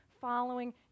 following